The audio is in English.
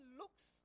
looks